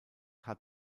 hat